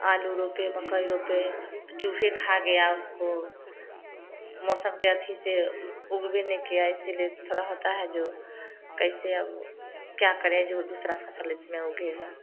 आलू रोपे मकई रोप चूहा खा गया उसको मौसम के अच्छे से उग भी नहीं किया इसीलिए थोड़ा होता है जो कैसे अब क्या करें जो दूसरा फसल इसमें उगेगा